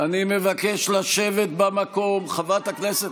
--- אני מבקש לשבת במקום, חברת הכנסת